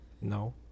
No